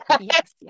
Yes